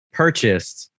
purchased